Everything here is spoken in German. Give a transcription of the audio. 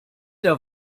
der